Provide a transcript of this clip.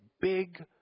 big